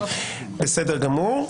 --- בסדר גמור.